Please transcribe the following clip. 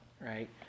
right